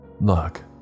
Look